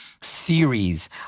series